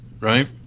right